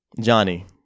Johnny